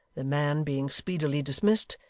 the man being speedily dismissed,